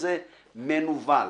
מנוול,